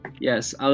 Yes